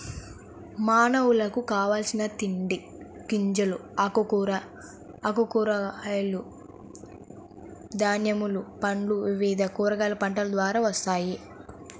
మానవులకు కావలసిన తిండి గింజలు, ఆకుకూరలు, కూరగాయలు, ధాన్యములు, పండ్లు వివిధ రకాల పంటల ద్వారా వస్తాయి